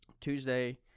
Tuesday